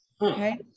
okay